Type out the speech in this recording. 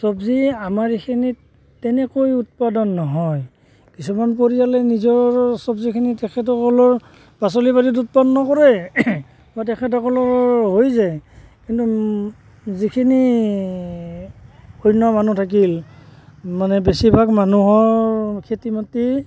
চব্জি আমাৰ এইখিনিত তেনেকৈ উৎপাদন নহয় কিছুমান পৰিয়ালে নিজৰ চব্জিখিনি তেখেতসকলৰ পাচলিবাৰীত উৎপন্ন কৰে বা তেখেতসকলৰ হৈ যায় কিন্তু যিখিনি শূন্য মানুহ থাকিল মানে বেছিভাগ মানুহৰ খেতিমাটি